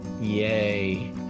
Yay